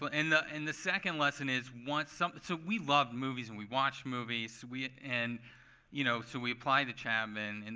but and the and the second lesson is, once something so we love movies, and we watch movies. and you know so we applied to chapman, and